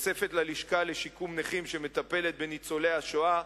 תוספת ללשכה לשיקום נכים שמטפלת בניצולי השואה,